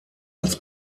als